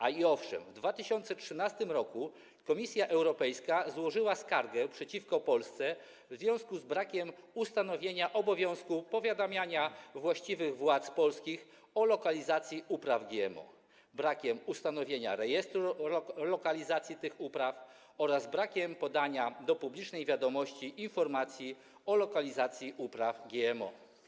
A i owszem, w 2013 r. Komisja Europejska złożyła skargę przeciwko Polsce w związku z brakiem ustanowienia obowiązku powiadamiania właściwych władz polskich o lokalizacji upraw GMO, brakiem ustanowienia rejestru lokalizacji tych upraw oraz brakiem podania do publicznej wiadomości informacji o lokalizacji upraw GMO.